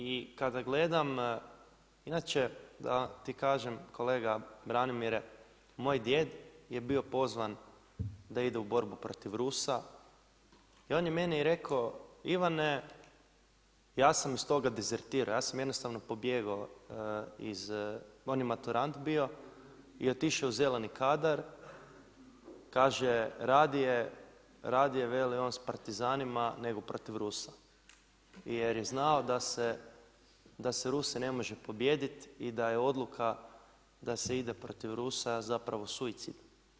I kada gledam, inače da ti kažem kolega Branimire, moj djed je bio pozvan da ide u borbu protiv Rusa i on je meni rekao Ivane ja sam iz toga dezertirao, ja sam sam jednostavno pobjegao iz, on je maturant bio i otišao je u zeleni kadar, kaže radije veli on s partizanima nego protiv Rusa, jer je znao da se Ruse ne može pobijediti i da je odluka da se ide protiv Rusa zapravo suicidna.